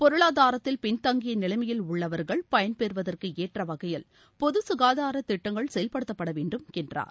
பொருளாதாரத்தில் பின்தங்கிய நிலைமையில் உள்ளவர்கள் பயன்பெறுவதற்கு ஏற்ற வகையில் பொது சுகாதார திட்டங்கள் செயல்படுத்தப்பட வேண்டும் என்றார்